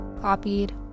copied